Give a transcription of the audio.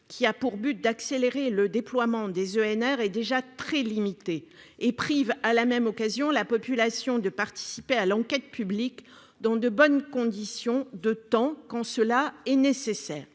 qui a pour but d'accélérer le déploiement des EnR est donc très limité. Il prive de plus la population de la possibilité de participer à l'enquête publique dans de bonnes conditions, quand cela est nécessaire.